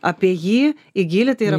apie jį į gylį tai yra pokalbis